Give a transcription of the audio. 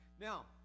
Now